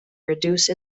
reduce